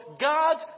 God's